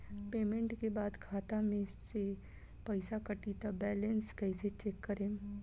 Payment के बाद खाता मे से पैसा कटी त बैलेंस कैसे चेक करेम?